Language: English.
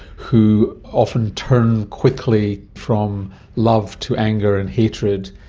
who often turn quickly from love to anger and hatred,